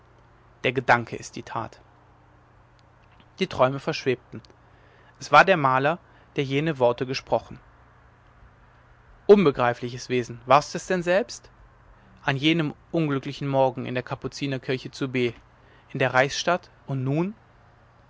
der gedanke ist die tat die träume verschwebten es war der maler der jene worte gesprochen unbegreifliches wesen warst du es denn selbst an jenem unglücklichen morgen in der kapuzinerkirche zu b in der reichsstadt und nun